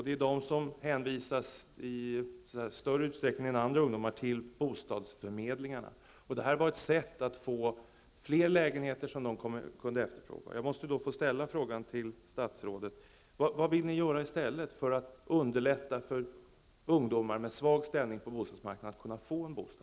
Det är dessa ungdomar som i större utsträckning än andra ungdomar hänvisas till bostadsförmedlingarna. Men detta var ett sätt att få fram fler lägenheter som dessa ungdomar kunde efterfråga.